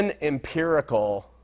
empirical